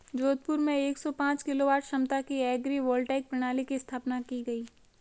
जोधपुर में एक सौ पांच किलोवाट क्षमता की एग्री वोल्टाइक प्रणाली की स्थापना की गयी